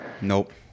Nope